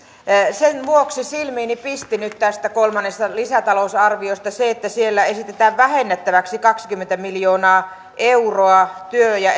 sen vuoksi silmiini pisti nyt tästä kolmannesta lisätalousarviosta se että siellä esitetään vähennettäväksi kaksikymmentä miljoonaa euroa työ ja